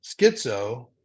Schizo